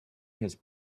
his